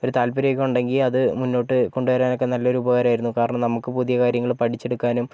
ഒരു താൽപര്യമൊക്കെ ഉണ്ടെങ്കിൽ അത് മുന്നോട്ട് കൊണ്ടുവരാനൊക്കെ നല്ലൊരു ഉപകാരമായിരുന്നു കാരണം നമുക്ക് പുതിയ കാര്യങ്ങൾ പഠിച്ചെടുക്കാനും